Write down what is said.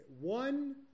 One